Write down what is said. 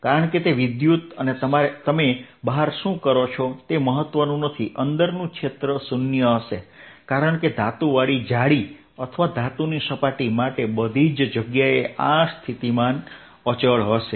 કારણ કે તે વિદ્યુત અને તમે બહાર શું કરો છો તે મહત્વનું નથી અંદરનું ક્ષેત્ર 0 હશે કારણ કે ધાતુવાળી જાળી અથવા ધાતુની સપાટી માટે બધી જ જગ્યાએ આ સ્થિતિમાન અચળ હશે